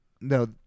No